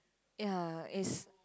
ya is